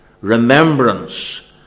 Remembrance